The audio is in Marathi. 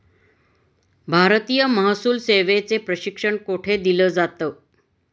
भारतीय महसूल सेवेचे प्रशिक्षण कोठे दिलं जातं?